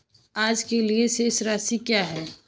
आज के लिए शेष राशि क्या है?